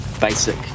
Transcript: basic